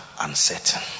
uncertain